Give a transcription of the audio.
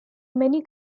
many